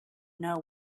know